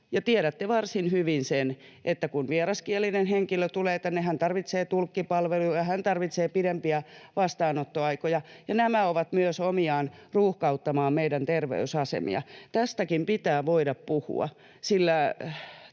Tiedätte varsin hyvin sen, että kun vieraskielinen henkilö tulee tänne, hän tarvitsee tulkkipalveluja, hän tarvitsee pidempiä vastaanottoaikoja, ja nämä ovat myös omiaan ruuhkauttamaan meidän terveysasemia. Tästäkin pitää voida puhua,